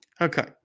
Okay